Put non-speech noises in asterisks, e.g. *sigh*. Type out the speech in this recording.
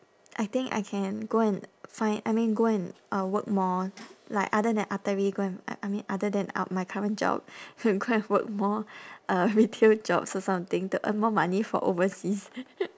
I think I can go and find I mean go and uh work more like other than artery go and I I mean other than art my current job uh go and work more uh retail jobs or something to earn more money for overseas *noise*